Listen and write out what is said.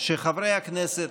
שחברי הכנסת,